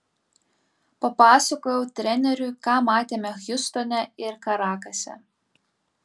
papasakojau treneriui ką matėme hjustone ir karakase